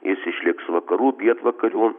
jis išliks vakarų pietvakarių